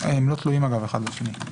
אלה שני דברים שלא תלויים אחד בשני.